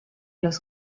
los